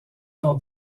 porte